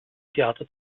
theater